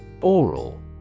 Oral